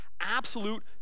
absolute